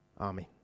amen